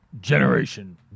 Generation